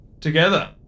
together